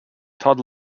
todd